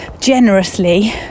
generously